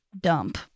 dump